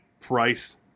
Price